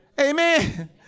Amen